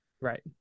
Right